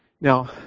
Now